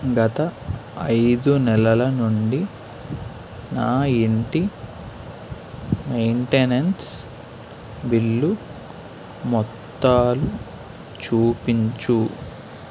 గత ఐదు నెలల నుండి నా ఇంటి మెయింటెనెన్స్ బిల్లు మొత్తాలు చూపించుము